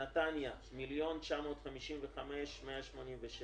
נתניה 1,955,187,